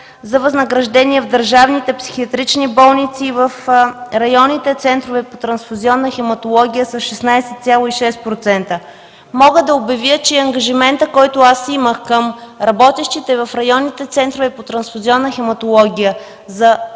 за възнаграждение в държавните психиатрични болници, в районните центрове по трансфузионна хематология с 16,6%. Мога да обявя, че ангажиментът, който аз имах към работещите в районните центрове по трансфузионна хематология за